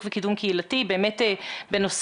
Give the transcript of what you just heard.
של אזרחי המדינה ובין הגורמים השונים שנמצאים ועוסקים בנושאים.